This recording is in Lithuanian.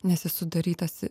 nes jis sudarytas